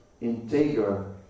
integer